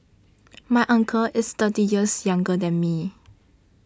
my uncle is thirty years younger than me